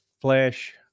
flesh